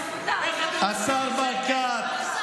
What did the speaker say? השר ברקת,